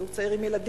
זוג צעיר עם ילדים,